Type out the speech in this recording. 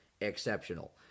exceptional